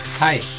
Hi